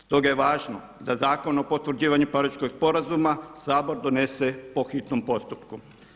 Stoga je važno da Zakon o potvrđivanju Pariškog sporazuma Sabor donese po hitnom postupku.